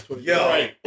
Yo